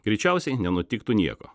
greičiausiai nenutiktų nieko